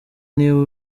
niba